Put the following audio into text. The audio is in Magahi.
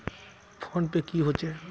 फ़ोन पै की होचे?